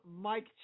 Mike